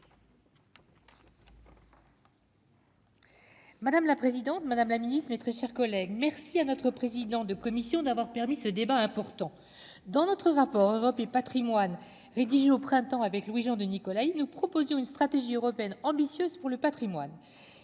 Madame la présidente, madame la Ministre, mes très chers collègues merci à notre président de commission d'avoir permis ce débat important dans notre rapport, Europe et Patrimoine rédigé au printemps avec Louis-Jean de Nicolaï, nous proposions une stratégie européenne ambitieuse pour le Patrimoine,